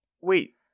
Wait